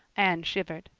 anne shivered.